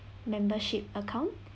membership account